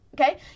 Okay